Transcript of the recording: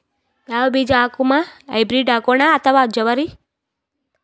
ಯಾವ ಬೀಜ ಹಾಕುಮ, ಹೈಬ್ರಿಡ್ ಹಾಕೋಣ ಅಥವಾ ಜವಾರಿ?